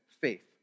faith